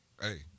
hey